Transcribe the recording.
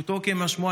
פשוטו כמשמעו,